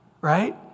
right